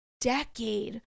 decade